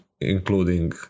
including